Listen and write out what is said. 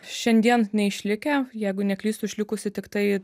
šiandien neišlikę jeigu neklystu išlikusi tiktai